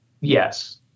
Yes